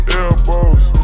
elbows